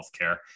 healthcare